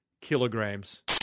kilograms